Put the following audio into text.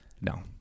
No